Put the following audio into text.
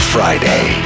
Friday